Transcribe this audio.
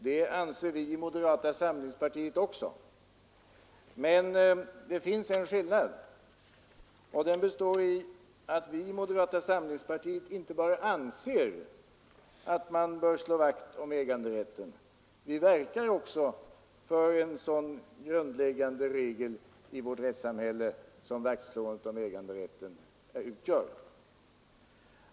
Det anser vi i moderata samlingspartiet också. Men det finns en skillnad, och den består i att vi i moderata samlingspartiet inte bara anser att man bör slå vakt om äganderätten, utan vi verkar också för en sådan grundläggande regel i vårt rättssamhälle som vaktslåendet om äganderätten utgör.